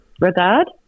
regard